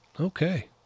okay